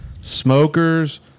smokers